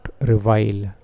revile